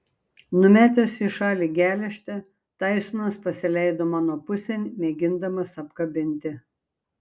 numetęs į šalį geležtę taisonas pasileido mano pusėn mėgindamas apkabinti